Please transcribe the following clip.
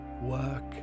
Work